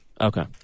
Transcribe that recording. Okay